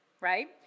right